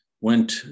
went